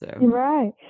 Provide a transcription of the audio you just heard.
Right